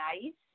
nice